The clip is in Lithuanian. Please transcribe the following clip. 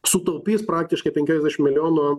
sutaupys praktiškai penkiasdešim milijonų